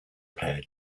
player